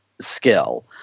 skill